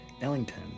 Ellington